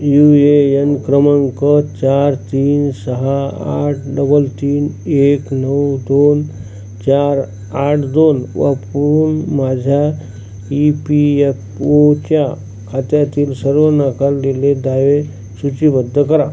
you A N क्रमांक चार तीन सहा आठ डबल तीन एक नऊ दोन चार आठ दोन वापरून माझ्या ई पी यप ओच्या खात्यातील सर्व नाकारलेले दावे सूचीबद्ध करा